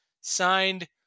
Signed